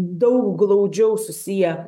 daug glaudžiau susiję